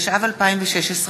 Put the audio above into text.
התשע"ו 2016,